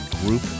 group